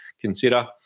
consider